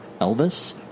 Elvis